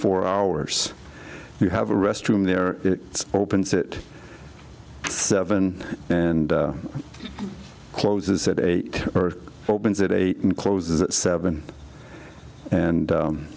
four hours you have a restroom there it's opens it seven and closes at eight opens it eight and closes at seven and